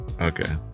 Okay